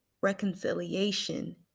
reconciliation